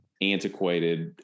antiquated